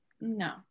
No